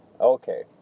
Okay